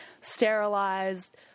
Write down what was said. sterilized